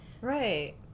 Right